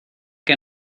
que